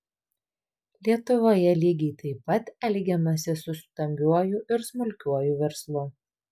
lietuvoje lygiai taip pat elgiamasi su stambiuoju ir smulkiuoju verslu